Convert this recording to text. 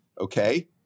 okay